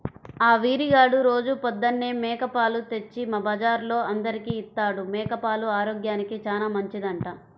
ఆ వీరిగాడు రోజూ పొద్దన్నే మేక పాలు తెచ్చి మా బజార్లో అందరికీ ఇత్తాడు, మేక పాలు ఆరోగ్యానికి చానా మంచిదంట